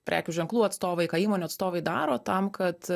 prekių ženklų atstovai ką įmonių atstovai daro tam kad